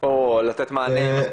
או לתת מענה?